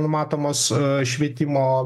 numatomos švietimo